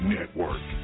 Network